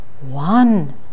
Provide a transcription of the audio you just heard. one